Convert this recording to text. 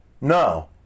No